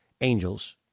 Angels